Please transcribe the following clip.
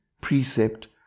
precept